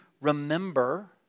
remember